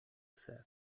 said